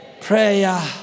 prayer